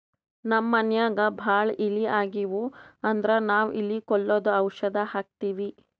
ನಮ್ಮ್ ಮನ್ಯಾಗ್ ಭಾಳ್ ಇಲಿ ಆಗಿವು ಅಂದ್ರ ನಾವ್ ಇಲಿ ಕೊಲ್ಲದು ಔಷಧ್ ಹಾಕ್ತಿವಿ